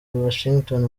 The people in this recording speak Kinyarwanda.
washington